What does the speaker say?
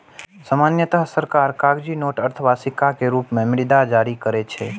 सामान्यतः सरकार कागजी नोट अथवा सिक्का के रूप मे मुद्रा जारी करै छै